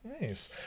Nice